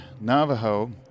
Navajo